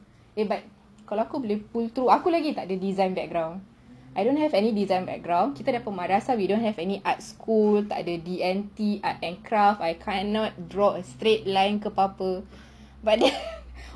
eh but kalau aku boleh pull through aku lagi design background I don't have any design background kita madrasah we don't have any art school tak ada D&T art and craft I cannot draw a straight line ke apa-apa but then